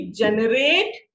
generate